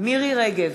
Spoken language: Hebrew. מירי רגב,